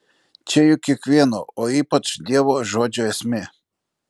čia juk kiekvieno o ypač dievo žodžio esmė